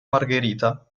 margherita